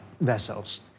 vessels